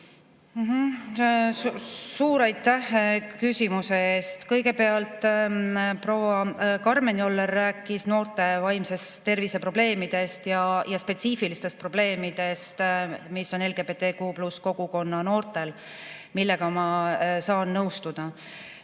Suur aitäh küsimuse eest! Kõigepealt, proua Karmen Joller rääkis noorte vaimse tervise probleemidest ja spetsiifilistest probleemidest, mis on LGBTQ+ kogukonna noortel, millega ma saan nõustuda.